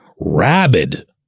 rabid